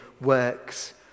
works